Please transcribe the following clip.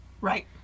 right